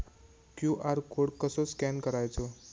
QR code कसो scan करायचो?